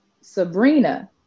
Sabrina